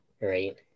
right